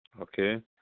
Okay